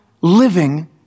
living